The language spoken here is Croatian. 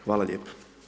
Hvala lijepo.